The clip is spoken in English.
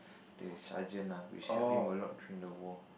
the sergeant ah which helped him a lot during the war